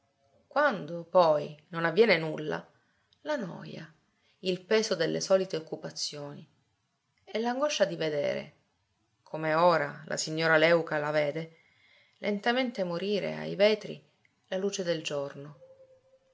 quando poi non avviene nulla la noja il peso delle solite occupazioni e l'angoscia di vedere come ora la signora léuca la vede lentamente morire ai vetri la luce del giorno